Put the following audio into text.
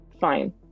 fine